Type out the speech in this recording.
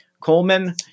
coleman